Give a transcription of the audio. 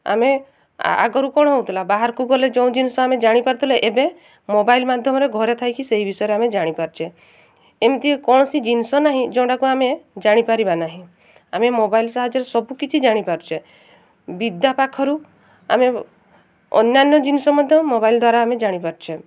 ଆମେ ଆଗରୁ କ'ଣ ହଉଥିଲା ବାହାରକୁ ଗଲେ ଯେଉଁ ଜିନିଷ ଆମେ ଜାଣିପାରୁଥିଲୁ ଏବେ ମୋବାଇଲ୍ ମାଧ୍ୟମରେ ଘରେ ଥାଇକି ସେହି ବିଷୟରେ ଆମେ ଜାଣିପାରୁଛେ ଏମିତି କୌଣସି ଜିନିଷ ନାହିଁ ଯେଉଁଟାକୁ ଆମେ ଜାଣିପାରିବା ନାହିଁ ଆମେ ମୋବାଇଲ୍ ସାହାଯ୍ୟରେ ସବୁକିଛି ଜାଣିପାରୁଛେ ବିଦ୍ୟା ପାଖରୁ ଆମେ ଅନ୍ୟାନ୍ୟ ଜିନିଷ ମଧ୍ୟ ମୋବାଇଲ୍ ଦ୍ୱାରା ଆମେ ଜାଣିପାରୁଛେ